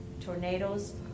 tornadoes